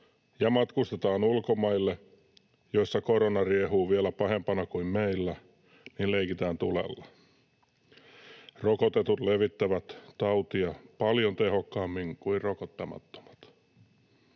ja matkustetaan ulkomaille, joissa korona riehuu vielä pahempana kuin meillä, leikitään tulella. Rokotetut levittävät tautia paljon tehokkaammin kuin rokottamattomat.